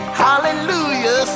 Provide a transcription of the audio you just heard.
hallelujah